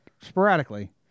sporadically